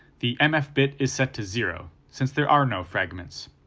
the mf bit is set to zero, since there are no fragments.